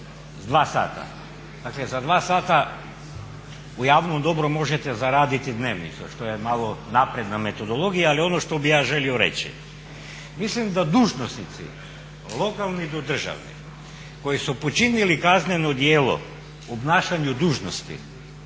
sa 2 sata. Dakle, za 2 sata u javnom dobru možete zaraditi dnevnicu što je malo napredna metodologija. Ali ono što bih ja želio reći. Mislim da dužnosnici, lokalni do državni koji su počinili kazneno djelo u obnašanju dužnosti